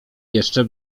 jeszcze